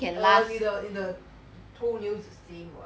err 你的你的 toenails same [what]